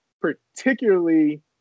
particularly